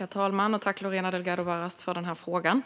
Herr talman! Jag tackar Lorena Delgado Varas för frågan.